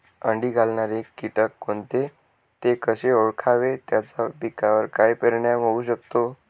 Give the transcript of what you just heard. अंडी घालणारे किटक कोणते, ते कसे ओळखावे त्याचा पिकावर काय परिणाम होऊ शकतो?